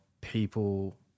people